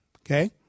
okay